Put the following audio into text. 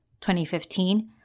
2015